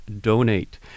donate